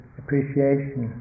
appreciation